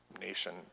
nation